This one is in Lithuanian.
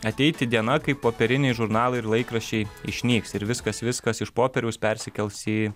ateiti diena kai popieriniai žurnalai ir laikraščiai išnyks ir viskas viskas iš popieriaus persikels į